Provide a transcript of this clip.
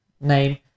name